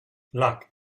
luck